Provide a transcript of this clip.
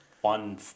one